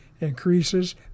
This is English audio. increases